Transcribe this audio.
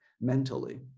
mentally